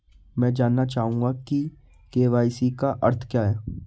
मैं जानना चाहूंगा कि के.वाई.सी का अर्थ क्या है?